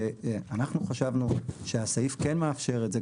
שאנחנו חשבנו שהסעיף כן מאפשר את זה,